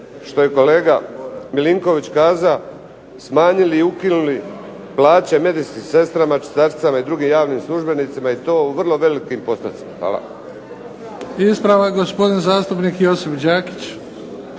što je kolega Milinković kaza smanjili i ukinuli plaće medicinskim sestrama, čistačicama, i drugim javnim službenicima i to u vrlo velikim postocima. Hvala. **Bebić, Luka (HDZ)** Ispravak, gospodin zastupnik Josip Đakić.